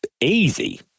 easy